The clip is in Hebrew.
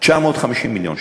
950 מיליון שקלים.